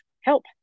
help